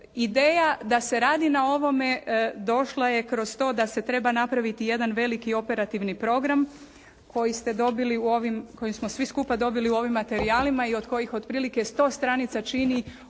Ideja da se radi na ovome došla je kroz to da se treba napraviti jedan veliki operativni program koji smo svi skupa dobili u ovim materijalima i od kojih otprilike sto stranica čini operativni